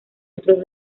otros